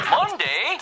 Monday